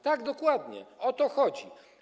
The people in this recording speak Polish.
Tak, dokładnie o to chodzi.